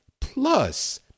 Plus